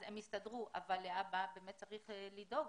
אז הם הסתדרו, אבל להבא באמת צריך לדאוג,